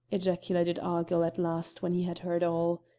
ejaculated argyll at last when he had heard all.